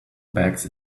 bags